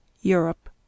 Europe